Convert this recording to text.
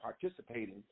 participating